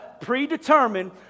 predetermined